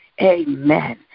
Amen